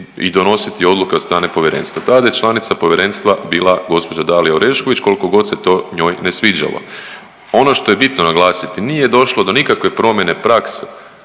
i donositi odluke od strane povjerenstva. Tad je članica povjerenstva bila gospođa Dalija Orešković kolikogod se to njoj ne sviđalo. Ono što je bitno naglasiti nije došlo do nikakve promjene prakse